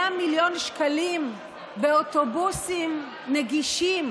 100 מיליון שקלים באוטובוסים בין-עירוניים נגישים.